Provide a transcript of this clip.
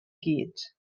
gyd